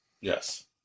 Yes